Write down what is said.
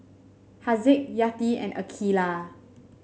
Haziq Yati and Aqeelah